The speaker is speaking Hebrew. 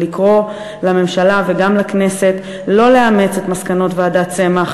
ולקרוא לממשלה וגם לכנסת לא לאמץ את מסקנות ועדת צמח